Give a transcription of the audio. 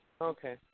Okay